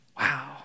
wow